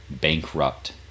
bankrupt